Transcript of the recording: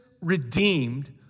redeemed